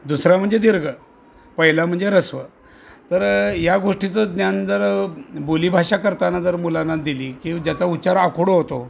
दुसरा म्हणजे दीर्घ पहिला म्हणजे ऱ्हस्व तर या गोष्टीचं ज्ञान जर बोलीभाषा करताना जर मुलांना दिली की ज्याचा उचार आखूड होतो